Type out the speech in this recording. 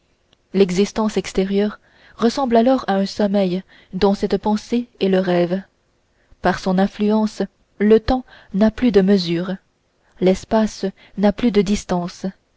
l'existence extérieure ressemble alors à un sommeil dont cette pensée est le rêve par son influence le temps n'a plus de mesure l'espace n'a plus de distance